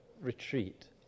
retreat